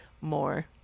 more